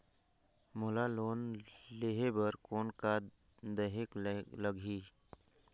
मोला लोन लेहे बर कौन का देहेक लगही?